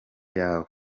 yawe